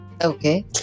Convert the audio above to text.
Okay